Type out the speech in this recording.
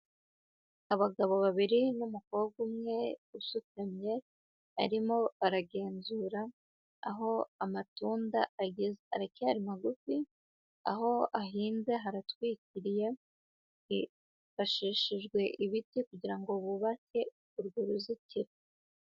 Abagabo babiri n'umukobwa umwe usutamye, arimo aragenzura aho amatunda ageze; aracyari magufi, aho ahinze haratwikiriye, hifashishijwe ibiti kugira ngo bubake urwo ruzitiro.